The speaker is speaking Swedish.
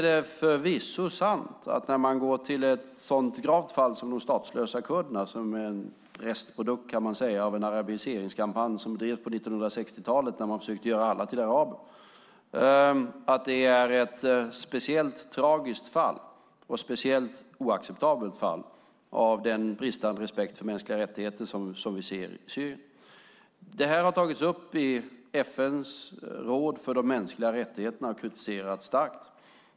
De statslösa kurderna, som är en restprodukt av en arabiseringskampanj som bedrevs på 1960-talet när man försökte göra alla till araber, är ett speciellt tragiskt och speciellt oacceptabelt fall när det gäller den bristande respekt för mänskliga rättigheter som vi ser i Syrien. Det har tagits upp i FN:s råd för mänskliga rättigheter, och kritiserats starkt.